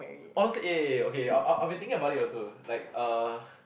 honestly eh okay I'll I'll been thinking about it also like uh